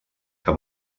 que